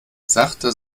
sachte